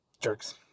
jerks